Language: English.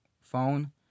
phone